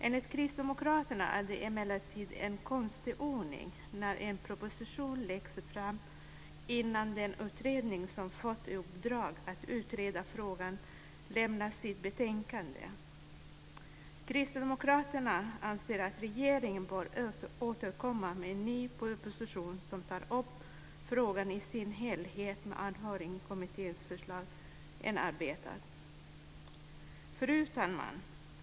Enligt Kristdemokraterna är det emellertid en konstig ordning när en proposition läggs fram innan den utredning som fått i uppdrag att utreda frågan har lämnat sitt betänkande. Kristdemokraterna anser att regeringen bör återkomma med en ny proposition som tar upp frågan i sin helhet med Anhörigkommitténs förslag inarbetade. Fru talman!